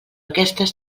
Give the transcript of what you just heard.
aquestes